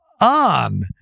on